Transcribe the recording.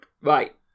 Right